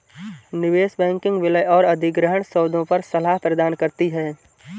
निवेश बैंकिंग विलय और अधिग्रहण सौदों पर सलाह प्रदान करती है